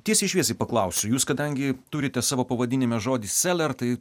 tiesiai šviesiai paklausiu jūs kadangi turite savo pavadinime žodį seler tai